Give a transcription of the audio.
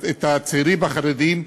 את הצעירים החרדים,